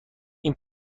این